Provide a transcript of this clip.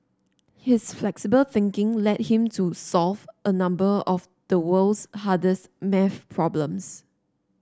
his flexible thinking led him to solve a number of the world's hardest maths problems